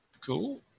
Cool